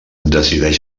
decideix